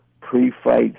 pre-fight